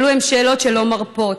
אלו הן שאלות שלא מרפות.